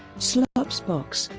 slopsbox,